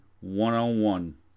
one-on-one